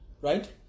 right